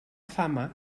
fama